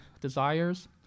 desires